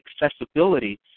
accessibility